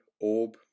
orb